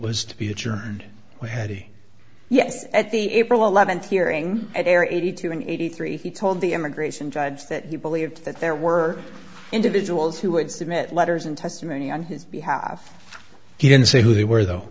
was to be adjourned we had yes at the april eleventh hearing at area eighty two and eighty three he told the immigration judge that he believed that there were individuals who would submit letters and testimony on his behalf he didn't say who they were though